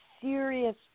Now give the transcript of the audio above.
serious